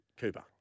Cooper